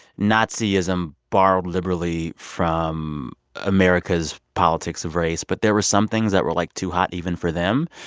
nazism borrowed liberally from america's politics of race, but there were some things that were, like, too hot even for them.